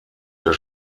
der